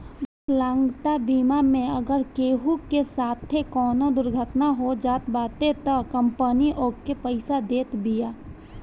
विकलांगता बीमा मे अगर केहू के साथे कवनो दुर्घटना हो जात बाटे तअ कंपनी ओके पईसा देत बिया